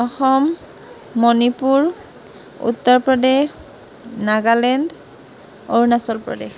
Assam Manipur Uttar Pradesh Nagaland Arunachal Pradesh